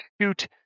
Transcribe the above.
shoot